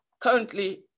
currently